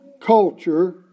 culture